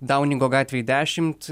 dauningo gatvėj dešimt